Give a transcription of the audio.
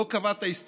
לא קבעת אסטרטגיה,